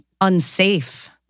unsafe